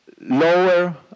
Lower